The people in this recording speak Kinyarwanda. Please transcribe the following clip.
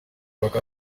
bakaba